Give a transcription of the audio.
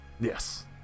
Yes